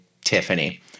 Tiffany